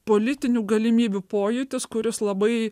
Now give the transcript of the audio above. politinių galimybių pojūtis kuris labai